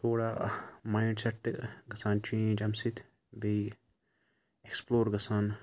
تھوڑا mindset تہِ گَژھان چینٛج اَمہِ سۭتۍ بیٚیہِ ایٚکٕسپلور گَژھان